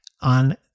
on